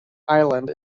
island